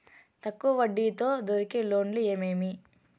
తక్కువ వడ్డీ తో దొరికే లోన్లు ఏమేమీ?